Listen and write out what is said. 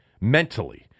mentally